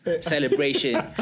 celebration